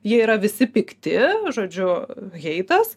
jie yra visi pikti žodžiu heitas